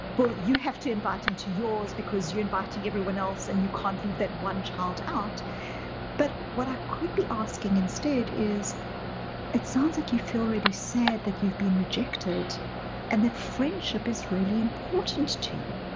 well, you have to invite him to yours because you're inviting everyone else and you can't leave that one child out but what i could be asking instead is it sounds like you feel really sad that you've been rejected and that friendship is really important to you.